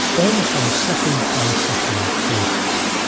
almost on a second-by-second basis.